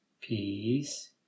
Peace